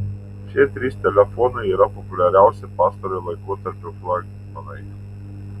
šie trys telefonai yra populiariausi pastarojo laikotarpio flagmanai